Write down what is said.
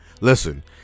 Listen